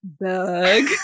bug